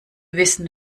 wissen